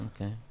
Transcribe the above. Okay